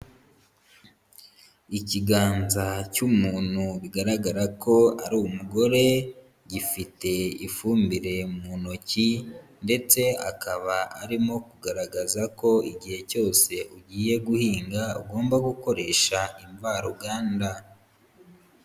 Ikiganza cy'umuntu bigaragara ko ari umugore, gifite ifumbire mu ntoki ndetse akaba arimo kugaragaza ko igihe cyose ugiye guhinga ugomba gukoresha imvaruganda.